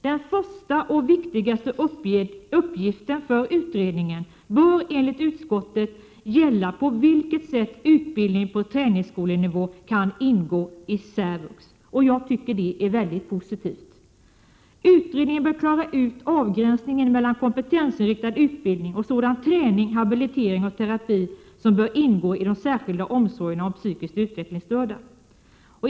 Den första och viktigaste uppgiften för utredningen bör enligt utskottet gälla på vilket sätt utbildning på träningsskolenivå kan ingå i särvux. Jag tycker att det är mycket positivt. Utredningen bör klara ut avgränsningen mellan kompetensinriktad utbildning och sådan träning, habilitering och terapi som bör ingå i de särskilda omsorgerna om psykiskt utvecklingsstörda.